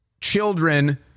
children